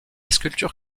sculpture